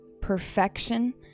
perfection